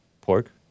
pork